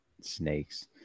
snakes